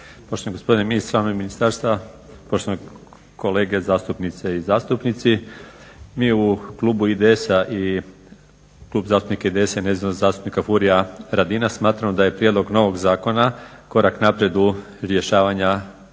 poštovani gospodine ministre ministarstva, poštovane kolege zastupnice i zastupnici. Mi u klubu IDS-a i Klub zastupnika IDS-a i nezavisnih zastupnika Furia Radina smatramo da je prijedlog novog zakona korak naprijed u rješavanju